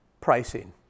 pricing